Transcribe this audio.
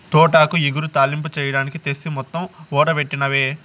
తోటాకు ఇగురు, తాలింపు చెయ్యడానికి తెస్తి మొత్తం ఓడబెట్టినవే